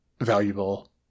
valuable –